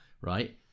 right